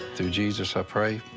through jesus i pray.